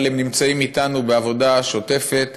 אבל הם נמצאים אתנו בעבודה שוטפת